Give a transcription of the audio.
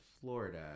Florida